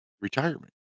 retirement